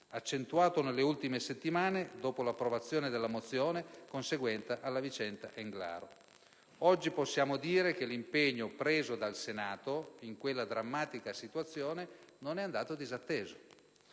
accentuato nelle ultime settimane, dopo l'approvazione della mozione conseguente alla vicenda Englaro. Oggi possiamo dire che l'impegno preso dal Senato in quella drammatica situazione non è andato disatteso.